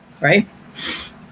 right